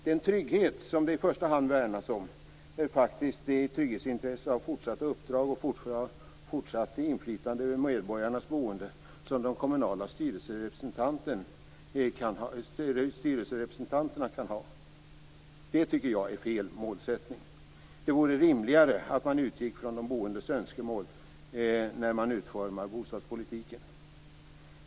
Det intresse som det i första hand värnas om är faktiskt tryggheten i fortsatta uppdrag och fortsatt inflytande över medborgarnas boende som de kommunala styrelserepresentanterna kan ha. Detta tycker jag är fel målsättning. Det vore rimligare att man utgick från de boendes önskemål vid utformandet av bostadspolitiken.